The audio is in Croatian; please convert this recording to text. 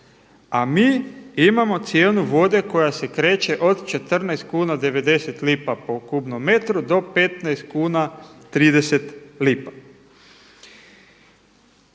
a mi imao cijenu vode koja se kreće od 14,90 kuna po kubnom metru do 15,30 kuna.